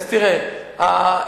תראה,